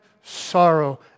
sorrow